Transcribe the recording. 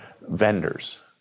vendors